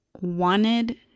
wanted